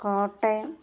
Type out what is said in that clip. Kottayam